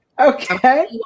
Okay